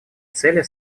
цели